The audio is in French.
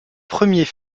premiers